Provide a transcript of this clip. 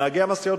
נהגי המשאיות,